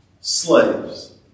slaves